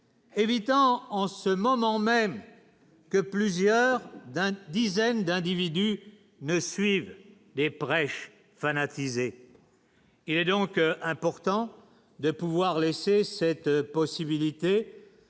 évitant en ce moment même. Que plusieurs dans une dizaine d'individus ne suivent prêches fanatisés. Il est donc important de pouvoir laisser cette possibilité,